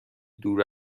دور